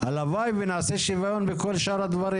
הלוואי ונעשה שיוון בכל שאר הדברים.